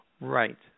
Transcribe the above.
Right